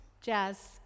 jazz